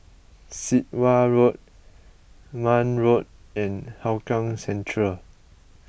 Sit Wah Road Marne Road and Hougang Central